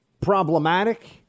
problematic